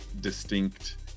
distinct